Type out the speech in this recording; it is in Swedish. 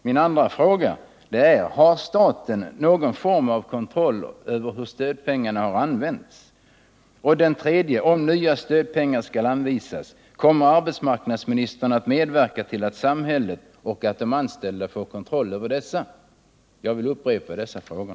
Den andra frågan är: Har staten någon form av kontroll över hur stödpengarna har använts? Den tredje frågan är: Om nu stödpengar skall användas, kommer då arbetsmarknadsministern att medverka till att samhället och de anställda får kontroll över dessa? Jag vill upprepa dessa frågor.